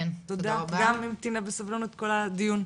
גם המתינה בסבלנות כל הדיון.